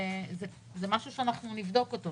זה דבר שנבדוק אותו.